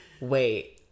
Wait